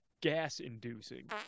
gas-inducing